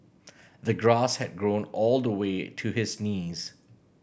the grass had grown all the way to his knees